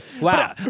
Wow